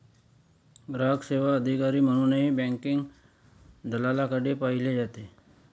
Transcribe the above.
ग्राहक सेवा अधिकारी म्हणूनही बँकिंग दलालाकडे पाहिले जाते